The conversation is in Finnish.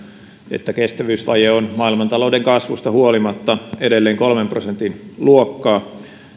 että kestävyysvaje on maailmantalouden kasvusta huolimatta edelleen kolmen prosentin luokkaa